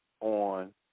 on